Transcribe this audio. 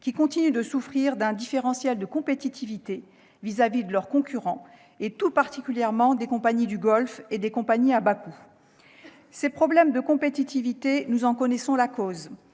qui continuent de souffrir d'un différentiel de compétitivité vis-à-vis de leurs concurrents, et tout particulièrement des compagnies du Golfe et des compagnies à bas coûts. Ces problèmes de compétitivité, nous en connaissons la cause